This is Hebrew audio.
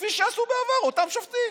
כפי שעשו בעבר אותם שופטים.